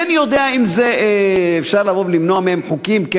אינני יודע אם אפשר לבוא ולמנוע מהם חוקים,